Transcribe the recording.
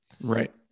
right